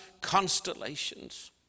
constellations